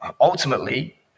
ultimately